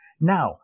Now